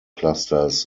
clusters